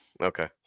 Okay